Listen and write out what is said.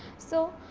so,